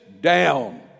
down